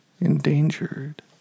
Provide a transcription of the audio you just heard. endangered